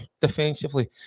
defensively